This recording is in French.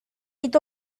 est